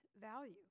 value